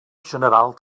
general